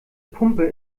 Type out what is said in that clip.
pumpe